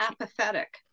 apathetic